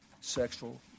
sexual